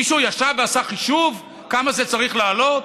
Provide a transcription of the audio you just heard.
מישהו ישב ועשה חישוב כמה זה צריך לעלות?